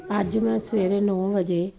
ਅੱਜ ਮੈਂ ਸਵੇਰੇ ਨੌਂ ਵਜੇ